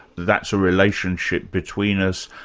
that's a relationship between us,